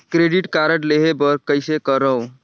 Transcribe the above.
Credit card लेहे बर कइसे करव?